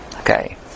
Okay